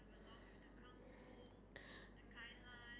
or what new food are you planning to try next